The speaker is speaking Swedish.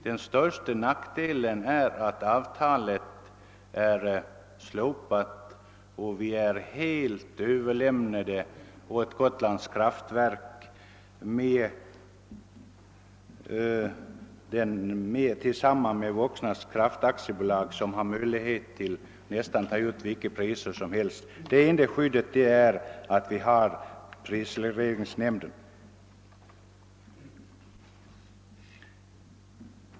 Den största nackdelen är att avtalet upphört och att vi blivit helt överlämnade åt Gotlands kraftverk, som tillsammans med Voxnans kraft AB har möjlighet att ta ut nästan vilka priser som helst. Det enda skydd vi har är prisregleringsnämnden.